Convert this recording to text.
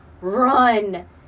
run